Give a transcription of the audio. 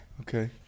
Okay